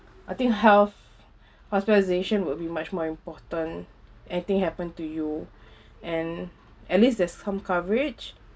I think health hospitalisation will be much more important anything happen to you and at least there's some coverage